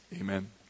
amen